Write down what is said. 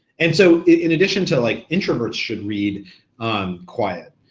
and so in additions to like introverts should read um quiet,